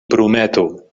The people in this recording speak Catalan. prometo